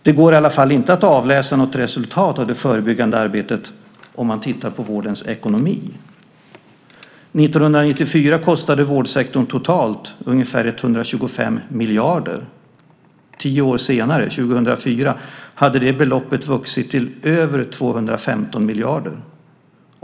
Det går i alla fall inte att avläsa något resultat av det förebyggande arbetet om man tittar på vårdens ekonomi. 1994 kostade vårdsektorn totalt ungefär 125 miljarder kronor. Tio år senare, 2004, hade det beloppet vuxit till över 215 miljarder.